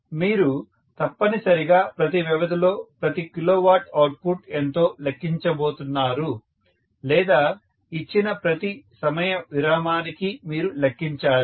మీరు తప్పనిసరిగా ప్రతి వ్యవధిలో ప్రతి కిలోవాట్ అవుట్పుట్ ఎంతో లెక్కించబోతున్నారు లేదా ఇచ్చిన ప్రతి సమయ విరామానికి మీరు లెక్కించాలి